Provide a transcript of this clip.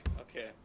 okay